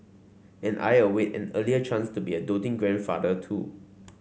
and I await an earlier chance to be a doting grandfather too